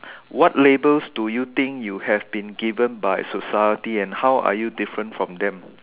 what labels do you think you have been given by society and how are you different from them